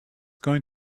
going